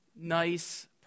nice